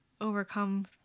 overcome